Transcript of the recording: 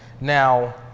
Now